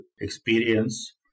experience